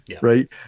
Right